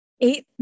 Eight